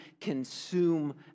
consume